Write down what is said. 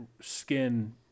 skin